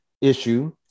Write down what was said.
issue